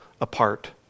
apart